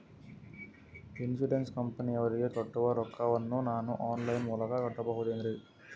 Insurance ಕಂಪನಿಯವರಿಗೆ ಕಟ್ಟುವ ರೊಕ್ಕ ವನ್ನು ನಾನು ಆನ್ ಲೈನ್ ಮೂಲಕ ಕಟ್ಟಬಹುದೇನ್ರಿ?